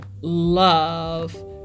love